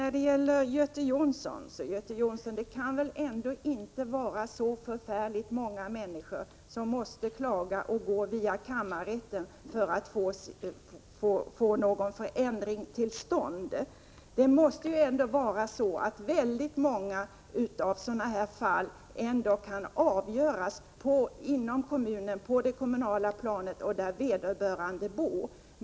Herr talman! Det kan väl ändå inte, Göte Jonsson, vara så förfärligt många människor som måste klaga och gå via kammarrätten för att få någon förändring till stånd. Väldigt många av sådana här fall måste kunna avgöras på det kommunala planet och där vederbörande bor.